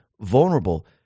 vulnerable